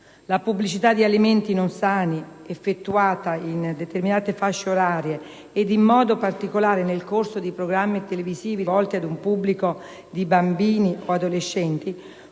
La pubblicità di alimenti non sani effettuata in determinate fasce orarie e, in modo particolare, nel corso di programmi televisivi rivolti ad un pubblico di bambini o adolescenti